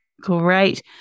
Great